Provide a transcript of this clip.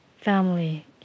family